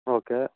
okay